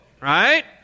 right